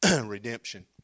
redemption